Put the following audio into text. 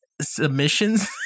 submissions